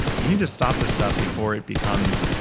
you need to stop this stuff before it becomes,